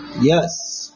Yes